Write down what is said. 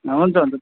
हुन्छ हुन्छ